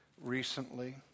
recently